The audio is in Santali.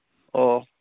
ᱚ